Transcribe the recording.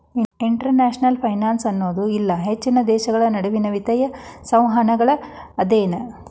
international finance ಅನ್ನೋದು ಇಲ್ಲಾ ಹೆಚ್ಚಿನ ದೇಶಗಳ ನಡುವಿನ್ ವಿತ್ತೇಯ ಸಂವಹನಗಳ ಅಧ್ಯಯನ